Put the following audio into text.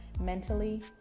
mentally